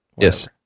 yes